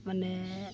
ᱢᱟᱱᱮ